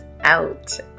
out